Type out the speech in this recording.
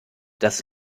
das